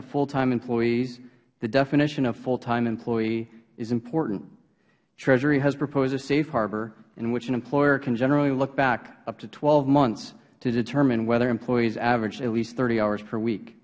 to full time employees the definition of full time employee is important treasury has proposed a safe harbor in which an employer can generally look back up to twelve months to determine whether employees averaged at least thirty hours per week